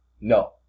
No